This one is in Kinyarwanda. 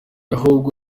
ahubwo